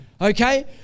Okay